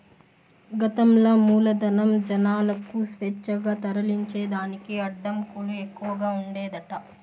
గతంల మూలధనం, జనాలకు స్వేచ్ఛగా తరలించేదానికి అడ్డంకులు ఎక్కవగా ఉండేదట